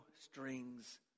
strings